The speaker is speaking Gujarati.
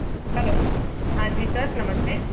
હેલો હાં જી સર નમસ્તે